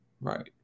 Right